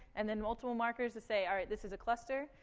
and then multiple markers to say, all right, this is a cluster.